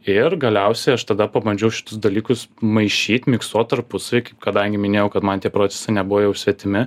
ir galiausiai aš tada pabandžiau šituos dalykus maišyt miksuot tarpusavy kaip kadangi minėjau kad man tie procesai nebuvo jau svetimi